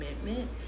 commitment